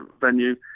venue